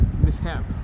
mishap